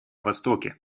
востоке